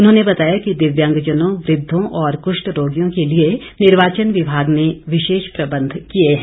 उन्होंने बताया कि दिव्यांगजनों वृद्धों और कुष्ट रोगियों के लिए निर्वाचन विभाग ने विशेष प्रबंध किए हैं